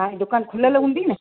तव्हां जी दुकान खुलियल हूंदी न